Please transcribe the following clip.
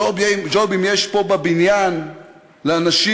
ג'ובים יש פה בבניין לאנשים